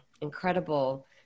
incredible